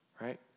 right